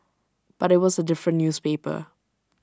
but IT was A different newspaper